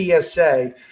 PSA